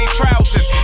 trousers